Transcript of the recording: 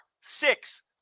six